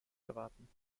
erwarten